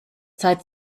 zeit